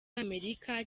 amerika